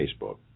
Facebook